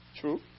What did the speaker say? true